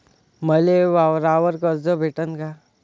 मले वावरावर कर्ज भेटन का?